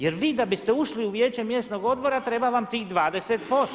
Jer vi da biste ušli u vijeće mjesnog odbora treba vam tih 20%